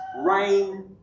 rain